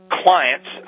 clients